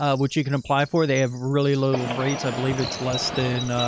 ah which you can apply for. they have really low rates. i believe it's less than,